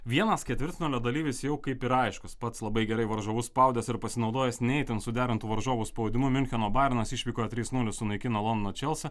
vienas ketvirtfinalio dalyvis jau kaip ir aiškus pats labai gerai varžovus spaudęs ir pasinaudojęs ne itin suderintu varžovų spaudimu miuncheno bajernas išvykoje trys nulis sunaikino londono čealsą